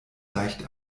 leicht